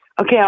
Okay